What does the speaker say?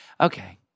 Okay